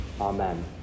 amen